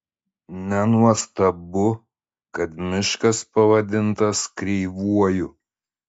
nenuostabu kad miškas pavadintas kreivuoju